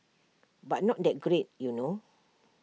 but not that great you know